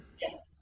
yes